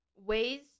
Ways